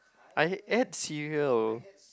I eh to see you